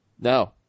No